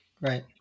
right